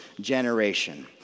generation